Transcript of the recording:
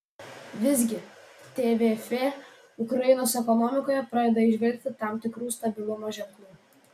visgi tvf ukrainos ekonomikoje pradeda įžvelgti tam tikrų stabilumo ženklų